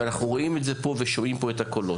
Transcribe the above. אנחנו רואים את זה פה ושומעים פה את הקולות.